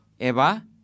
eva